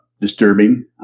disturbing